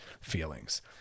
feelings